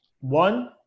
One